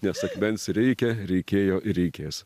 nes akmens reikia reikėjo ir reikės